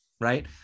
Right